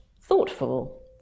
thoughtful